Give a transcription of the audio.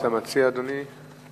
מה אתה מציע, אדוני?